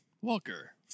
Walker